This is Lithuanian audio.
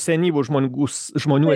senyvų žmongus žmonių